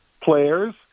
players